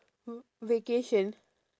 !huh! vacation